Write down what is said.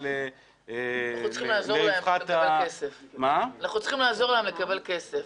אנחנו צריכים לעזור להם לקבל כסף.